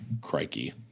Crikey